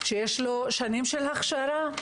שיש לו שנים של הכשרה,